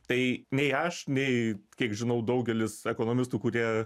tai nei aš nei kiek žinau daugelis ekonomistų kurie